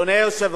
אמרתי,